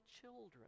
children